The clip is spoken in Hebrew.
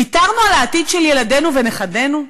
ויתרנו על העתיד של ילדינו ונכדינו?